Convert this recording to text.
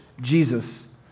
Jesus